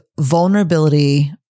vulnerability